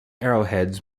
arrowheads